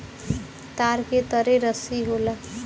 तार के तरे रस्सी होला